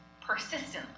persistently